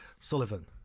sullivan